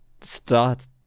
start